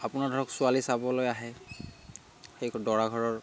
আপোনাৰ ধৰক ছোৱালী চাবলৈ আহে সেই দৰা ঘৰৰ